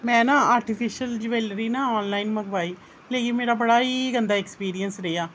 में न artificial jewellery न आनलाइन मंगवाई पर एह् ई मेरा बड़ा ई गंदा ऐक्सपिरियंस रेहा